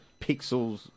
pixels